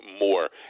more